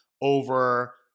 over